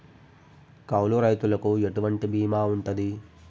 కౌలు రైతులకు ఎటువంటి బీమా ఉంటది?